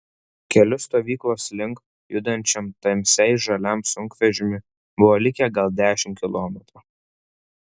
keliu stovyklos link judančiam tamsiai žaliam sunkvežimiui buvo likę gal dešimt kilometrų